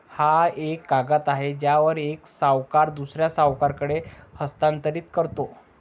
हा एक कागद आहे ज्यावर एक सावकार दुसऱ्या सावकाराकडे हस्तांतरित करतो